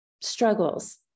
struggles